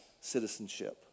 citizenship